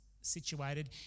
situated